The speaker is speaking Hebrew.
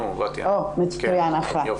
הזה.